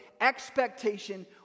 expectation